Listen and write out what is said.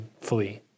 flee